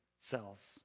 cells